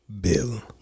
Bill